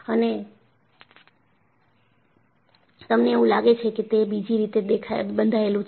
અને તમને એવું લાગે છે કે તે બીજી રીતે બંધાયેલુ છે